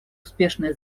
успешное